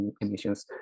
emissions